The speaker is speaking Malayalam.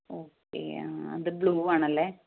ഓക്കെ ആ അത് ബ്ലൂ ആണല്ലേ